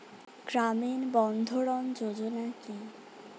গ্রামীণ বন্ধরন যোজনা কি?